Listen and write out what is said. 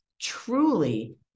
truly